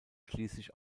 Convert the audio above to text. schließlich